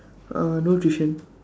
uh no tuition